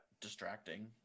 distracting